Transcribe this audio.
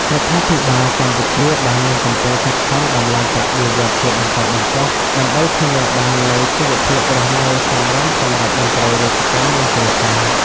រដ្ឋាភិបាលកម្ពុជាបាននឹងកំពុងខិតខំដំឡើងប្រាក់បៀវត្សរ៍ជាបន្តបន្ទាប់ ដើម្បីធានាបាននូវជីវភាពរស់នៅសមរម្យសម្រាប់មន្ត្រីរាជការ និងគ្រួសារ។